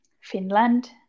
Finland